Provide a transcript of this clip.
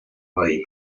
veí